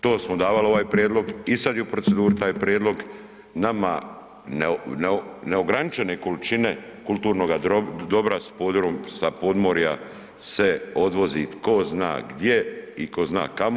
To smo davali ovaj prijedlog i sad je u proceduri taj prijedlog, nama neograničene količine kulturnoga dobra sa podmorja se odvozi tko zna gdje i tko zna kamo.